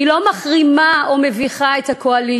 היא לא מחרימה או מביכה את הקואליציה,